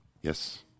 Yes